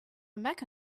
mecca